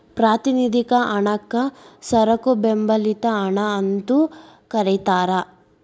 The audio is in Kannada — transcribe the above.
ಪ್ರಾತಿನಿಧಿಕ ಹಣಕ್ಕ ಸರಕು ಬೆಂಬಲಿತ ಹಣ ಅಂತೂ ಕರಿತಾರ